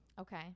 okay